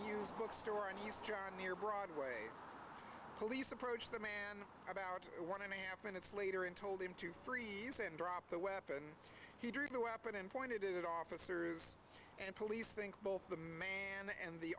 used book store and he's john near broadway police approached the man about one and a half minutes later and told him to freeze and drop the weapon he drew the weapon in pointed at officers and police think both the man and the